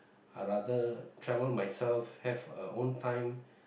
I rather travel myself have a own time